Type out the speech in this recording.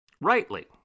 rightly